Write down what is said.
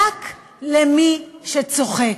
רק למי שצוחק.